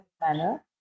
manner